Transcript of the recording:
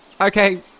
Okay